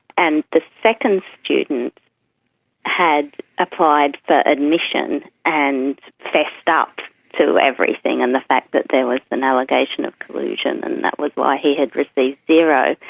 and the second student had applied for admission and fessed up to everything and the fact that there was an allegation of collusion and that was why he had received zero,